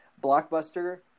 blockbuster